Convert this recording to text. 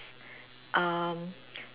um